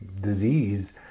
disease